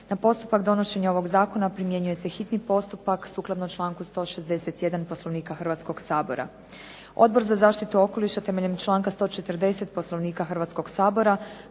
Na postupak donošenja ovog zakona primjenjuje se hitni postupak sukladno članku 161. Poslovnika Hrvatskog sabora. Odbor za zaštitu okoliša temeljem članka 140. Poslovnika Hrvatskog sabora